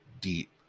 deep